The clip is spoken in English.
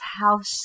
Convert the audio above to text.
House